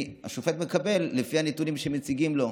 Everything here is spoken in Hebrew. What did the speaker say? והשופט מקבל לפי הנתונים שמציגים לו.